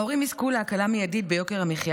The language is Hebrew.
ההורים יזכו להקלה מיידית ביוקר המחיה